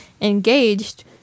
engaged